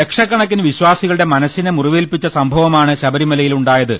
ലക്ഷക്കണക്കിന് വിശ്വാസികളുടെ മനസിനെ മുറിവേൽപ്പിച്ച സംഭവമാണ് ശബരിമലയിലുണ്ടായത്